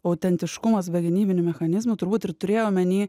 autentiškumas be gynybinių mechanizmų turbūt ir turėjau omeny